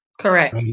Correct